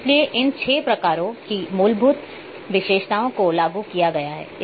इसलिए इन 6 प्रकार की मूलभूत विशेषताओं को लागू किया गया है